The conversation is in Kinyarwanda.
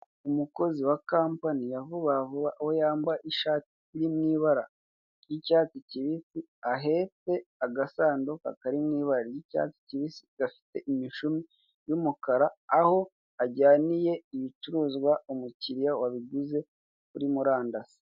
Umukozi wa kampani ya vuba vuba aho yambaye ishati iri mwibara ry'icyatsi kibisi ahetse agasanduku kari mwibara ry'icyatsi kibisi gafite imishumi y'umukara aho ajyaniye ibicuruzwa umukiriya wabiguze kuri murandasi.